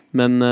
Men